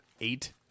eight